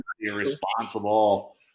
irresponsible